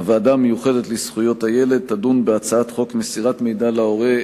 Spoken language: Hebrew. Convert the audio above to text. הוועדה המיוחדת לזכויות הילד תדון בהצעת חוק מסירת מידע להורה,